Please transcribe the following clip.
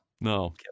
no